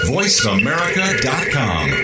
VoiceAmerica.com